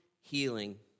healing